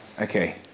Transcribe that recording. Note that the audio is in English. Okay